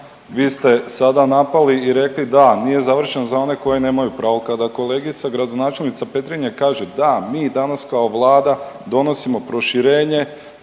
vi ste sada napali i rekli da nije završen za one koji nemaju pravo. Kada kolegica gradonačelnica Petrinje kaže da mi danas kao Vlada donosimo proširenje